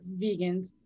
vegans